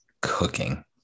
cooking